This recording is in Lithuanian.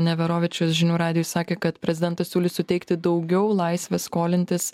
neverovičius žinių radijui sakė kad prezidentas siūlys suteikti daugiau laisvės skolintis